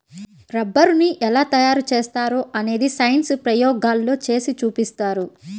రబ్బరుని ఎలా తయారు చేస్తారో అనేది సైన్స్ ప్రయోగాల్లో చేసి చూపిస్తారు